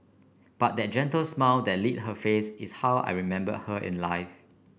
but that gentle smile that lit her face is how I remember her in life